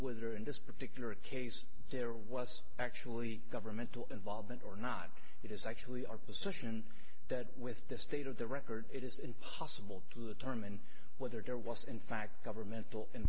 whether in this particular case there was actually governmental involvement or not it is actually our position that with this state of the record it is impossible to term and whether there was in fact governmental